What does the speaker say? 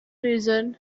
reason